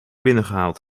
binnengehaald